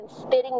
spitting